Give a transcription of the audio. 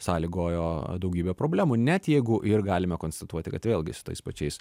sąlygojo daugybę problemų net jeigu ir galime konstatuoti kad vėlgi su tais pačiais